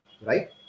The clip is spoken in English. right